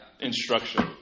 instruction